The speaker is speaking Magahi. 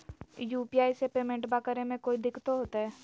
यू.पी.आई से पेमेंटबा करे मे कोइ दिकतो होते?